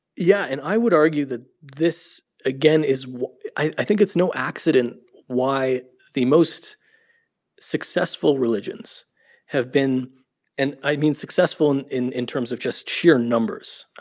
yeah. and i would argue that this, again, is i i think it's no accident why the most successful religions have been and i mean successful and in in terms of just sheer numbers.